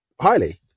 highly